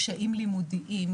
קשיים לימודיים,